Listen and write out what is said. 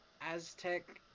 Aztec